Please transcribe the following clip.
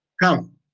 Come